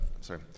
Sorry